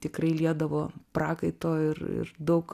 tikrai liedavo prakaito ir ir daug